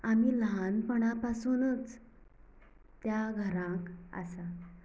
आमी लहानपणां पासुनच त्या घराक आसा